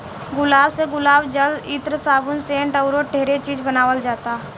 गुलाब से गुलाब जल, इत्र, साबुन, सेंट अऊरो ढेरे चीज बानावल जाला